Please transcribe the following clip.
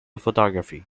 photography